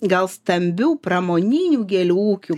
gal stambių pramoninių gėlių ūkių